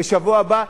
בשבוע הבא,